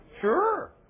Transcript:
Sure